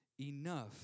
enough